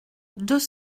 deux